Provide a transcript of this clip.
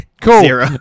Cool